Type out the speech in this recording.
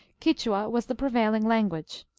quichua was the prevailing language.